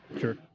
Sure